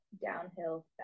downhill